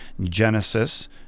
Genesis